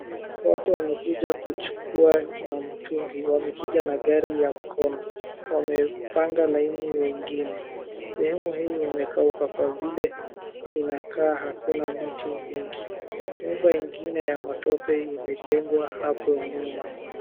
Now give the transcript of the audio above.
Watu wamekuja kuchukua ma mtungi. Wamekuja na gari ya mkono. Wamepanga laini wengine .Sehemu hii imekauka kwa vile inakaa hakuna miti mingi. Nyumba ingine ya matope imejengwa hapo nyuma.